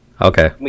Okay